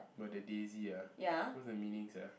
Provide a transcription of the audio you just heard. what the daisy ah what's the meaning sia